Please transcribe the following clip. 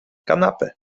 kanapę